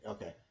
Okay